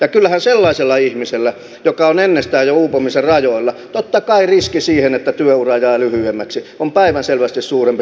ja kyllähän sellaisella ihmisellä joka on jo ennestään uupumisen rajoilla riski siihen että työura jää lyhyemmäksi on totta kai päivänselvästi suurempi kuin muilla